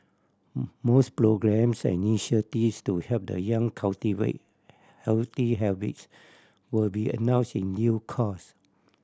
mores programmes and initiatives to help the young cultivate healthy habits will be announced in due course